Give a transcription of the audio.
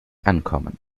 ankommen